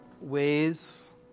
ways